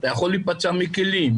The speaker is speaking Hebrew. אתה יכול להיפצע מכלים,